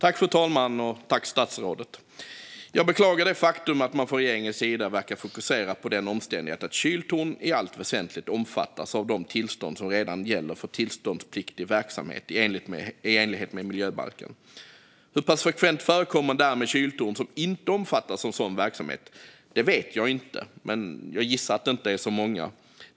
Fru talman! Jag beklagar det faktum att man från regeringens sida verkar fokusera på den omständighet att kyltorn i allt väsentligt omfattas av de tillstånd som redan gäller för tillståndspliktig verksamhet i enlighet med miljöbalken. Hur pass frekvent förekommande det är med kyltorn som inte omfattas av sådan verksamhet vet jag inte, men jag gissar att det inte är så många.